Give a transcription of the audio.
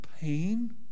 pain